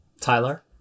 Tyler